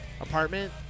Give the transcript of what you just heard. apartment